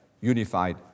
unified